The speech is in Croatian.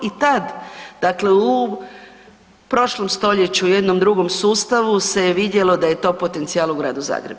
I tad, dakle u prošlom stoljeću u jednom drugom sustavu se je vidjelo da je to potencijal u gradu Zagrebu.